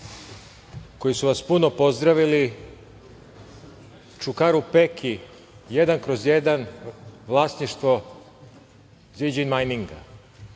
koji su vas puno pozdravili. Čukaru Peki, jedan kroz jedan, vlasništvo „Zijin Mininga“,